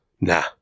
Nah